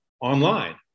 online